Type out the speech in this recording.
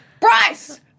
Bryce